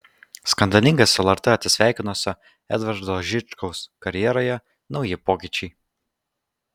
skandalingai su lrt atsisveikinusio edvardo žičkaus karjeroje nauji pokyčiai